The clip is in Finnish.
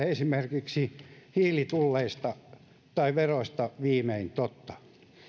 esimerkiksi hiilitulleista tai veroista viimein totta